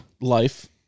Life